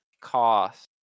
cost